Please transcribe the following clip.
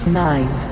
nine